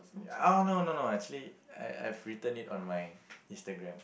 oh no no no actually I I've written it on my Instagram